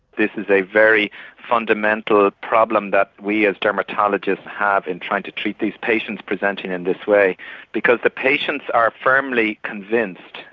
this is a very fundamental problem that we as dermatologists have in trying to treat these patients presenting in this way because the patients are firmly convinced,